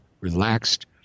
relaxed